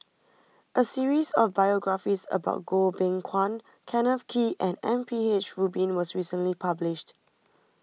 a series of biographies about Goh Beng Kwan Kenneth Kee and M P H Rubin was recently published